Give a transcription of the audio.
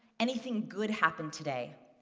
anything good happen today?